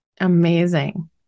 Amazing